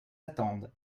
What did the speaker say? attendent